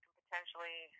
potentially